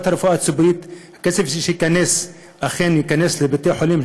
הרפואה הציבורית: שהכסף אכן ייכנס לבתי-החולים,